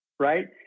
Right